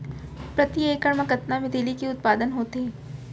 प्रति एकड़ मा कतना तिलि के उत्पादन होथे?